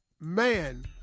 Man